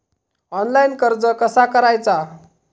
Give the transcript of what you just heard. Online कर्ज कसा करायचा?